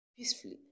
Peacefully